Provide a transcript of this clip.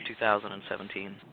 2017